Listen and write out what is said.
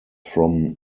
from